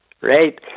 Right